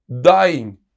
dying